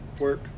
work